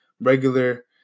regular